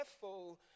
careful